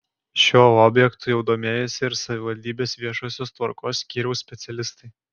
šiuo objektu jau domėjosi ir savivaldybės viešosios tvarkos skyriaus specialistai